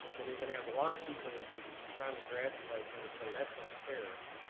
then you're gonna have a lot of people trying to graduate who would say that's not fair,